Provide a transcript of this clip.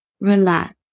relax